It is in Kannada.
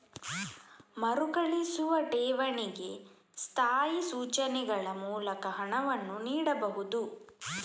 ಮರುಕಳಿಸುವ ಠೇವಣಿಗೆ ಸ್ಥಾಯಿ ಸೂಚನೆಗಳ ಮೂಲಕ ಹಣವನ್ನು ನೀಡಬಹುದು